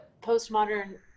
postmodern